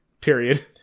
Period